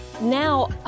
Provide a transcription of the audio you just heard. Now